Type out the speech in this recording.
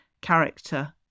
character